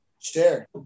share